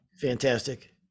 Fantastic